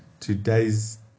Today's